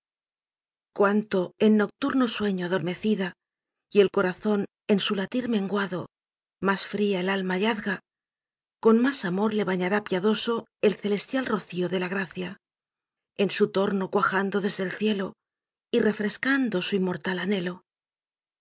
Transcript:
cuanto en nocturno sueño adormecida y el corazón en su latir menguado más fria el alma yazga con más amor le bañará piadoso el celestial rocío de la gracia en su torno cuajando desde el cielo y refrescando su inmortal anhelo